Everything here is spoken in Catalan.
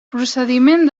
procediment